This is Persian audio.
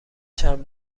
چند